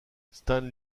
stan